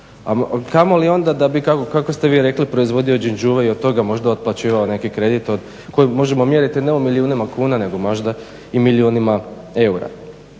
a kamoli onda da bi kako ste vi rekli proizvodili …/Govornik se ne razumije./… i od toga možda otplaćivao neki kredit koji možemo mjeriti ne u milijunima kuna nego možda nego možda i milijunima eura.